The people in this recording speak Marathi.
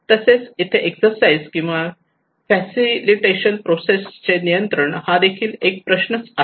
तसेच इथे एक्सरसाइज किंवा फॅसिलिटेशन प्रोसेस चे नियंत्रण हा देखील एक प्रश्न आहे